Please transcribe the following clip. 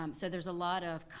um so there's a lot of,